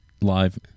Live